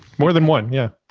more than one. yeah,